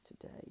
today